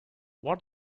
what